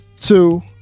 two